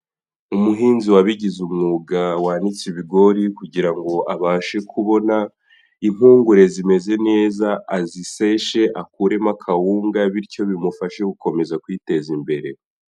Umuhinzi wabigize umwuga wanitse ibigori kugira ngo abashe kubona impungure zimeze neza aziseshe akuremo kawunga bityo bimufashe gukomeza kwiteza imbere.